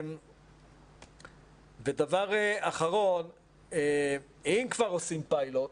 אם כבר עושים פיילוט,